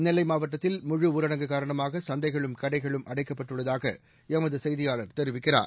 நெல்லை மாவட்டத்தில் முழுஊரடங்கு காரணமாக சந்தைகளும் கடைகளும் அடைக்கப்பட்டுள்ளதாக எமது செய்தியாளர் தெரிவிக்கிறார்